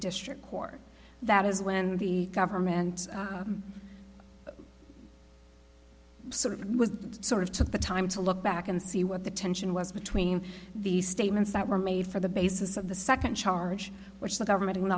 district court that is when the government sort of was sort of took the time to look back and see what the tension was between the statements that were made for the basis of the second charge which the government